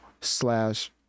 slash